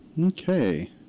Okay